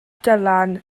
dylan